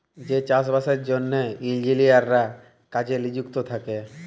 যে চাষ বাসের জ্যনহে ইলজিলিয়াররা কাজে লিযুক্ত থ্যাকে